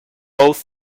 both